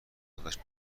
خودش